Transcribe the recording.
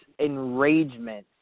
enragement